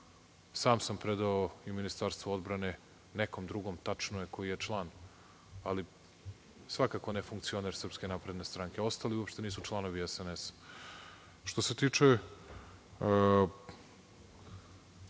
Sam sam predao i Ministarstvu odbrane, nekom drugom, tačno je, koji je član ali svakako ne funkcioner SNS. Ostali uopšte nisu članovi SNS.Što se tiče